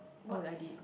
oh I did